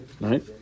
Right